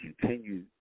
continue